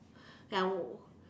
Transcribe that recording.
tell me